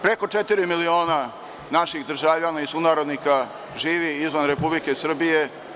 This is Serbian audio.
Preko četiri miliona naših državljana i sunarodnika živi izvan Republike Srbije.